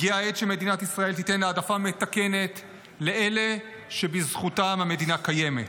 הגיעה העת שמדינת ישראל תיתן העדפה מתקנת לאלה שבזכותם המדינה קיימת,